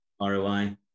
ROI